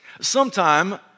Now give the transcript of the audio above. Sometime